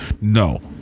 No